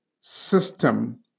system